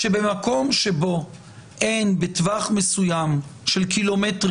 שבמקום שבו אין בטווח מסוים של קילומטרים